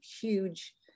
huge